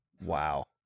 Wow